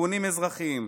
ארגונים אזרחיים,